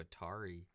Atari